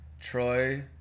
Troy